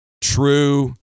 True